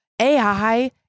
AI